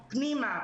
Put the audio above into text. פנימה,